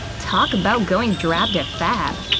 talk about going drab to fab.